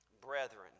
brethren